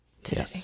today